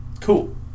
Cool